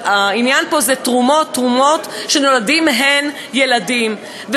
שהעניין פה זה תרומות שנולדים מהן ילדים.